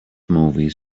movies